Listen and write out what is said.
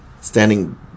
standing